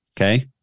Okay